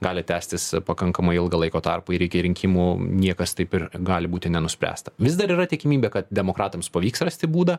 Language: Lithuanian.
gali tęstis pakankamai ilgą laiko tarpą ir iki rinkimų niekas taip ir gali būti nenuspręsta vis dar yra tikimybė kad demokratams pavyks rasti būdą